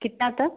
कितना तक